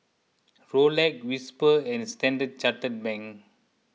Rolex Whisper and Standard Chartered Bank